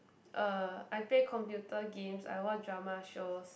uh I play computer games I watch drama shows